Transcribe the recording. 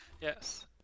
Yes